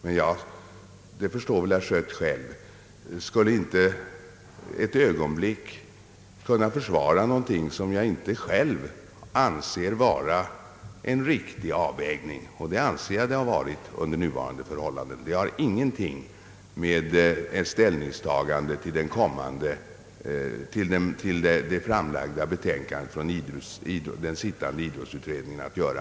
Men jag skulle — det förstår väl herr Schött — inte ett ögonblick kunna försvara något som jag inte själv anser vara en riktig avvägning, och det anser jag att det har varit under nuvarande förhållanden. Det har ingenting med ett ställningstagande till betänkandet från den sittande idrottsutredningen att göra.